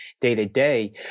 day-to-day